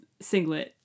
singlet